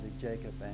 Jacob